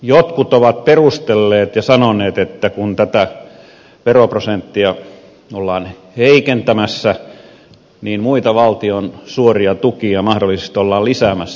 jotkut ovat perustelleet ja sanoneet että kun tätä veroprosenttia ollaan heikentämässä niin muita valtion suoria tukia mahdollisesti ollaan lisäämässä